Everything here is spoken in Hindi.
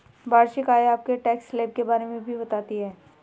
वार्षिक आय आपके टैक्स स्लैब के बारे में भी बताती है